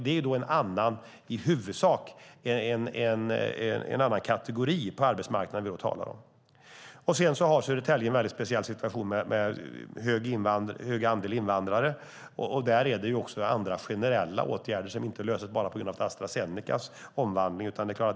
Det är alltså i huvudsak en annan kategori på arbetsmarknaden vi då talar om. Sedan har Södertälje en väldigt speciell situation med en stor andel invandrare, och där är det andra generella åtgärder som inte löses bara på grund av Astra Zenecas omvandling.